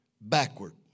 backward